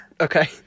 okay